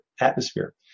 atmosphere